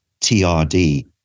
TRD